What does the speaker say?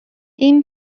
این